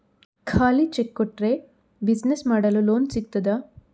ಖಾಲಿ ಚೆಕ್ ಕೊಟ್ರೆ ಬಿಸಿನೆಸ್ ಮಾಡಲು ಲೋನ್ ಸಿಗ್ತದಾ?